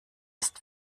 ist